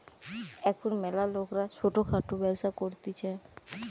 এখুন ম্যালা লোকরা ছোট খাটো ব্যবসা করতিছে